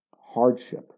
hardship